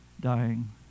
dying